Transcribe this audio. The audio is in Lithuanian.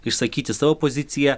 išsakyti savo poziciją